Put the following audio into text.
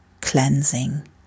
cleansing